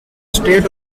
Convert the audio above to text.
state